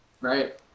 Right